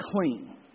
clean